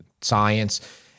science